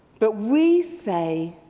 but we say,